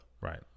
Right